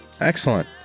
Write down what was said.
Excellent